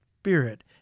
spirit